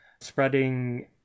spreading